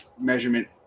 measurement